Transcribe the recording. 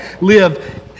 live